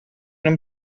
him